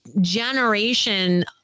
generation